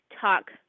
Talk